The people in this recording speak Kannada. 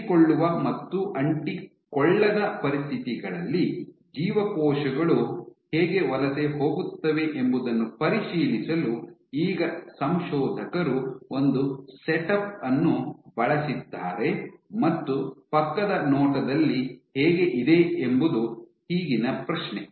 ಅಂಟಿಕೊಳ್ಳುವ ಮತ್ತು ಅಂಟಿಕೊಳ್ಳದ ಪರಿಸ್ಥಿತಿಗಳಲ್ಲಿ ಜೀವಕೋಶಗಳು ಹೇಗೆ ವಲಸೆ ಹೋಗುತ್ತವೆ ಎಂಬುದನ್ನು ಪರಿಶೀಲಿಸಲು ಈಗ ಸಂಶೋಧಕರು ಒಂದು ಸೆಟ್ ಅಪ್ ಅನ್ನು ಬಳಸಿದ್ದಾರೆ ಮತ್ತು ಪಕ್ಕದ ನೋಟದಲ್ಲಿ ಹೇಗೆ ಇದೆ ಎಂಬುದು ಈಗಿನ ಪ್ರಶ್ನೆ